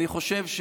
לדעתי,